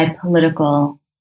political